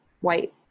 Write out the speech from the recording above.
white